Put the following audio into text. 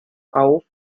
auf